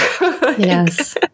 Yes